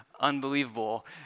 unbelievable